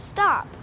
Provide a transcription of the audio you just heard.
Stop